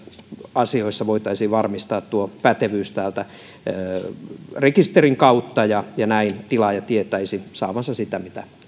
asioissa voitaisiin varmistaa pätevyys rekisterin kautta ja ja näin tilaaja tietäisi saavansa sitä mitä